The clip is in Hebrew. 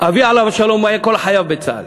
אבי עליו השלום היה כל חייו בצה"ל.